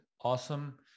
Awesome